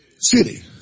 city